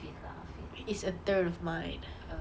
it is a third of mine